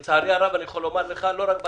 לצערי הרב אני יכול לומר שלך שלא רק בתל"ן,